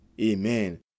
amen